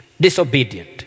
disobedient